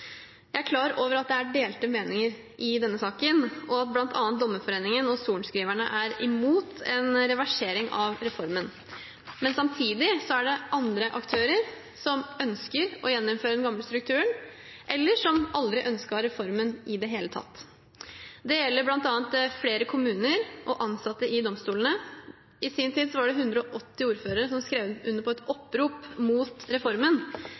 Jeg er klar over at det er delte meninger i denne saken, og at bl.a. Dommerforeningen og sorenskriverne er imot en reversering av reformen. Samtidig er det andre aktører som ønsker å gjeninnføre den gamle strukturen, eller som aldri ønsket reformen i det hele tatt. Dette gjelder bl.a. flere kommuner og ansatte i domstolene. I sin tid var det 180 ordførere som skrev under på et opprop mot reformen.